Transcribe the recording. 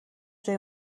جای